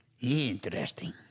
Interesting